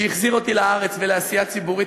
שהחזיר אותי לארץ ולעשייה הציבורית,